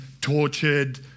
tortured